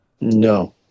no